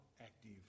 active